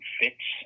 fits